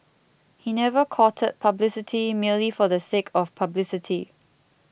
he never courted publicity merely for the sake of publicity